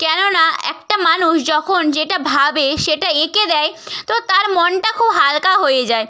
কেননা একটা মানুষ যখন যেটা ভাবে সেটা এঁকে দেয় তো তার মনটা খুব হালকা হয়ে যায়